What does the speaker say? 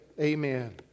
Amen